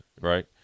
right